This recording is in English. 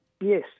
Yes